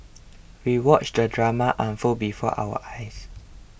we watched the drama unfold before our eyes